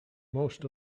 most